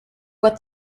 what